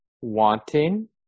Wanting